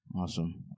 Awesome